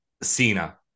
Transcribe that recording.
Cena